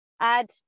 add